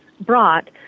brought